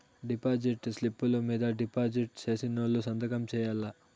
deposit స్లిప్పులు మీద deposit సేసినోళ్లు సంతకం సేయాల్ల